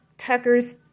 Tucker's